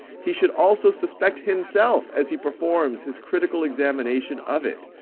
he should also suspect himself as he performs his critical examination of it,